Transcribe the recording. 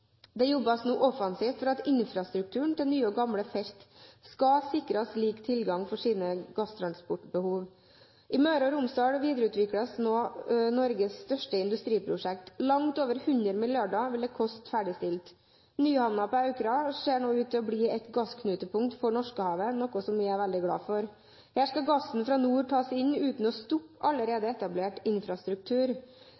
Det jobbes nå offensivt for at infrastrukturen til nye og gamle felt skal sikres lik tilgang for sine gasstransportbehov. I Møre og Romsdal videreutvikles nå Norges største industriprosjekt – langt over 100 mrd. kr vil det koste ferdigstilt. Nyhamna på Aukra ser nå ut til å bli et gassknutepunkt for Norskehavet, noe som jeg er veldig glad for. Her skal gassen fra nord tas inn uten å stoppe